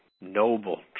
noble